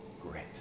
grit